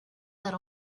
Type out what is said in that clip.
that